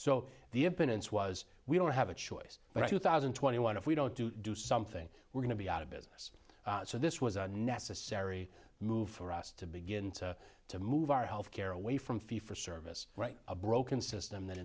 so the opponents was we don't have a choice but you thousand and twenty one if we don't do do something we're going to be out of business so this was a necessary move for us to begin to move our health care away from fee for service right a broken system tha